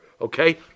okay